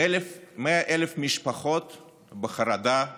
100,000 משפחות בחרדה קיומית,